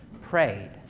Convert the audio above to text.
prayed